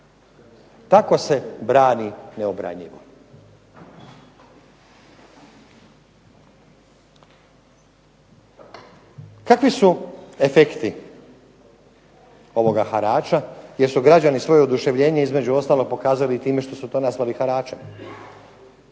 Tako se brani neobranjivo. Kakvi su efekti ovoga harača, jer su građani svoje oduševljenje pokazali time što su to nazvali haračem.